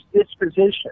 disposition